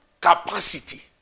capacity